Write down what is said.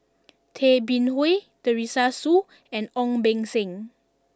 Tay Bin Wee Teresa Hsu and Ong Beng Seng